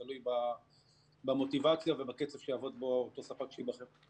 תלוי במוטיבציה ובקצב שיעבוד בו הספק שייבחר.